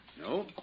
No